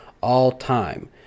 all-time